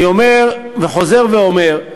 אני אומר, וחוזר ואומר,